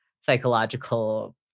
psychological